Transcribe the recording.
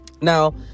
Now